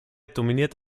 dominiert